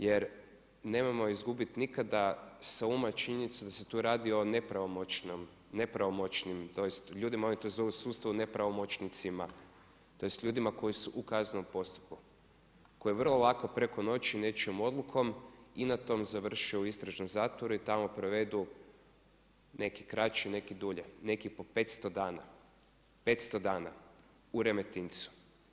Jer nemojmo izgubiti nikada sa uma činjenicu da se tu radi o nepravomoćnim, tj. ljudima, oni to zovu u sustavu nepravomoćnicima, tj. ljudima koji su u kaznenom postupku, koje vrlo lako preko noći nečijom odlukom i na tom završe u istražnom zatvoru i tamo provedu neki kraći, neki dulje, neki po 500 dana, 500 dana u Remetincu.